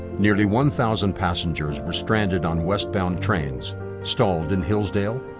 nearly one thousand passengers were stranded on westbound trains stalled in hillsdale,